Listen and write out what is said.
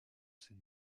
ses